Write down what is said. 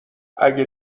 اگه